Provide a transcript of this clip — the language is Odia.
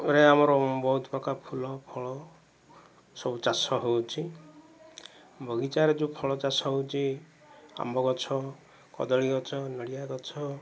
ରେ ଆମର ବହୁତ ପ୍ରକାର ଫୁଲ ଫଳ ସବୁ ଚାଷ ହେଉଛି ବଗିଚାରେ ଯେଉଁ ଫଳ ଚାଷ ହେଉଛି ଆମ୍ବ ଗଛ କଦଳୀ ଗଛ ନଡ଼ିଆ ଗଛ